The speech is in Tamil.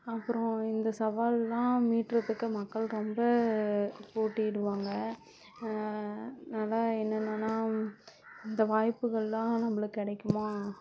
அப்புறம் இந்த சவால்லாம் மீட்டுறத்துக்கு மக்கள் ரொம்ப போட்டி இடுவாங்க அதுதான் என்னென்னன்னா இந்த வாய்ப்புகள்லாம் நம்மளுக்கு கிடைக்குமா